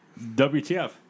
WTF